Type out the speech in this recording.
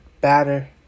batter